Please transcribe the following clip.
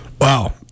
Wow